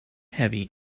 heavy